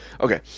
Okay